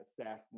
Assassin